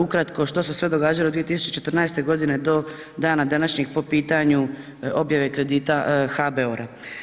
Ukratko, što se sve događalo 2014. godine do dana današnjeg po pitanju objave kredita HBOR-a.